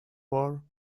port